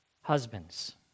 husbands